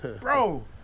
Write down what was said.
bro